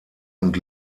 und